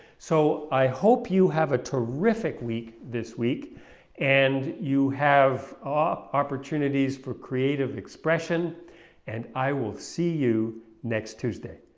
so i hope you have a terrific week this week and you have ah opportunities for creative expression and i will see you next tuesday.